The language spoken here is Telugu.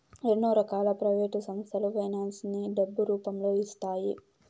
ఎన్నో రకాల ప్రైవేట్ సంస్థలు ఫైనాన్స్ ని డబ్బు రూపంలో ఇస్తాయి